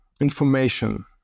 information